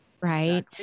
Right